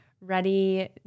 ready